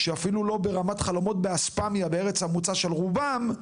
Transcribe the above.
שאפילו לא ברמת החלומות של אספמיה שהיא ארץ המוצא של רובם.